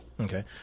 Okay